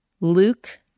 Luke